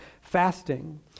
fasting